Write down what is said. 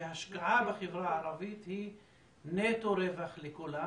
שהשקעה בחברה הערבית היא נטו רווח לכולם